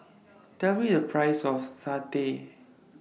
Tell Me The Price of Satay